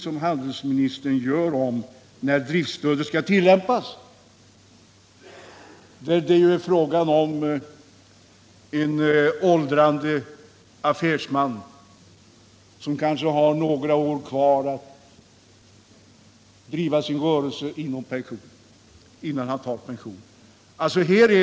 Enligt handelsministerns beskrivning skall driftsstödet tillämpas när det är fråga om en åldrande affärsman som kanske har några år kvar att driva sin rörelse innan han går i pension.